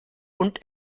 und